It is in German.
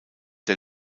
der